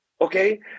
okay